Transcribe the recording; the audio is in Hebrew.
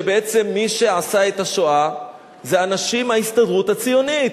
שבעצם מי שעשה את השואה זה אנשים מההסתדרות הציונית,